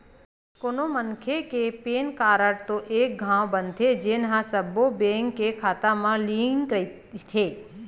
कोनो मनखे के पेन कारड तो एके घांव बनथे जेन ह सब्बो बेंक के खाता म लिंक रहिथे